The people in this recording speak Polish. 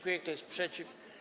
Kto jest przeciw?